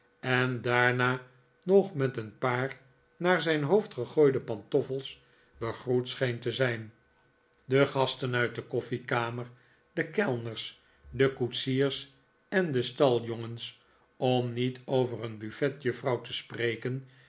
en daarna nog met een paar naar zijn hoofd gegooide pantoffels begroet scheen te zijn de gasten uit de koffiekamer de kellners de koetsiers en de staljongens om niet over een buffetjuffrouw te spreken